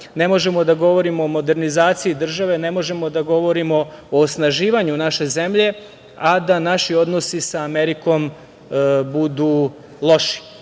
ne možemo da govorimo o modernizaciji države, ne možemo da govorimo o osnaživanju naše zemlje, a da naši odnosi sa Amerikom budu